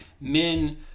men